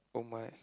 [oh]-my